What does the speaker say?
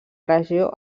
regió